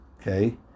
okay